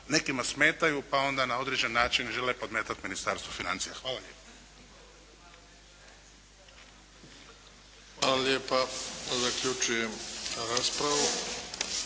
nekima smetaju, pa onda na određen način žele podmetati Ministarstvu financija. Hvala lijepo. **Bebić, Luka (HDZ)** Hvala lijepa. Pa zaključujem raspravu.